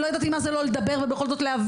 לא ידעתי מה זה לא לדבר ובכל זאת להבין.